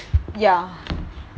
ya